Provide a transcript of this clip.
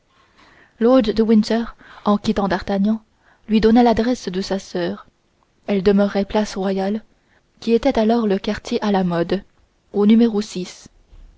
lord de winter en quittant d'artagnan lui donna l'adresse de sa soeur elle demeurait place royale qui était alors le quartier à la mode au